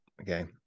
Okay